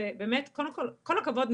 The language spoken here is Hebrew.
ובאמת כל הכבוד,